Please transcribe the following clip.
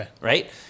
right